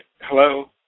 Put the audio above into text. Hello